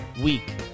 week